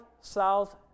south